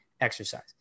exercise